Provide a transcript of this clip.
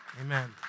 Amen